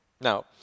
Now